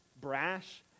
brash